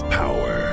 power